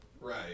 Right